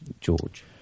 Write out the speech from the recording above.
George